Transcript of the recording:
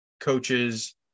coaches